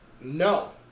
No